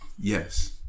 Yes